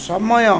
ସମୟ